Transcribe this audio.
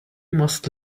must